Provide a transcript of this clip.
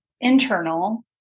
internal